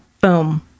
Boom